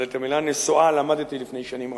אבל את המלה נסועה למדתי לפני שנים רבות.